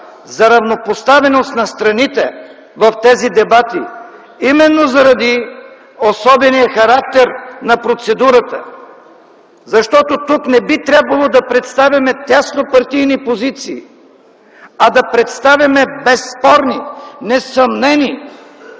за равнопоставеност на страните в тези дебати именно заради особения характер на процедурата. Защото тук не би трябвало да представяме теснопартийни позиции, а да представяме безспорни, несъмнени